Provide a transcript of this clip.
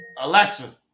Alexa